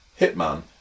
Hitman